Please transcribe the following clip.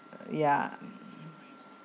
ya